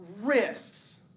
risks